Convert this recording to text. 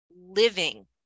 living